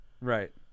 right